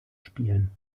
spielen